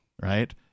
right